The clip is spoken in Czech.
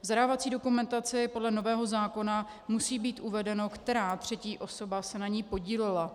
V zadávací dokumentaci podle nového zákona musí být uvedeno, která třetí osoba se na ní podílela.